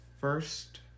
first